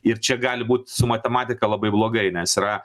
ir čia gali būt su matematika labai blogai nes yra